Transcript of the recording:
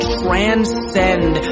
transcend